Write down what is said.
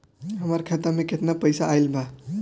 हमार खाता मे केतना पईसा आइल बा?